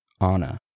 Anna